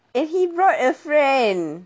and he brought a friend